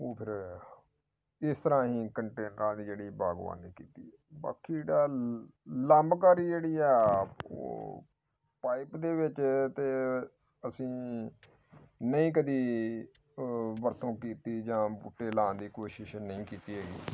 ਉਹ ਫਿਰ ਇਸ ਤਰ੍ਹਾਂ ਹੀ ਕੰਟੇਨਰਾਂ ਦੀ ਜਿਹੜੀ ਬਾਗਬਾਨੀ ਕੀਤੀ ਬਾਕੀ ਦਾ ਲਾਂਭਕਾਰੀ ਜਿਹੜੀ ਆ ਉਹ ਪਾਈਪ ਦੇ ਵਿੱਚ ਤੇ ਅਸੀਂ ਨਹੀਂ ਕਦੀ ਅ ਵਰਤੋਂ ਕੀਤੀ ਜਾਂ ਬੂਟੇ ਲਾਉਣ ਦੀ ਕੋਸ਼ਿਸ਼ ਨਹੀਂ ਕੀਤੀ ਹੈਗੀ